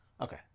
Okay